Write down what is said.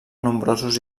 nombrosos